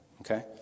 Okay